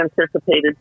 anticipated